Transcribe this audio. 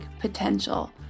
potential